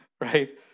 right